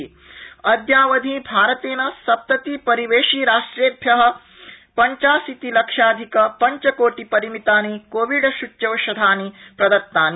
स्च्यौषधसखा अद्यावधि भारतेन सप्तति परिवेशिराष्ट्रेभ्य पंचाशीति लक्ष्याधिक पंचकोटि परिमितानि कोविडसूच्यौषधानि प्रदत्तानि